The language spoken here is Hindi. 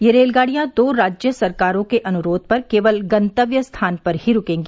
ये रेलगाडियां दो राज्य सरकारों के अनुरोध पर केवल गंतव्य स्थान पर ही रुकेंगी